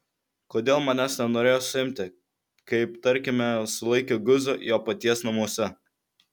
kodėl manęs nenorėjo suimti kaip tarkime sulaikė guzą jo paties namuose